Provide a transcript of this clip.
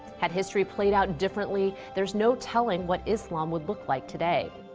had history played out differently, there's no telling what islam would look like today.